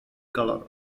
color